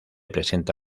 presenta